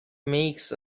makes